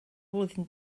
flwyddyn